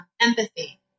empathy